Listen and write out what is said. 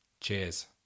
Cheers